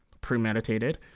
premeditated